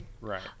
Right